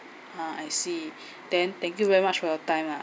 ah I see then thank you very much for your time lah